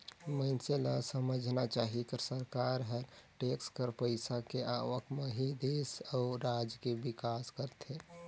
मइनसे ल समझना चाही कर सरकार हर टेक्स कर पइसा के आवक म ही देस अउ राज के बिकास करथे